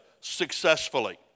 successfully